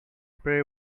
pray